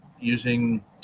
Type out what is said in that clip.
using